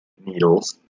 needles